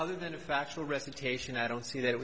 other than a factual recitation i don't see that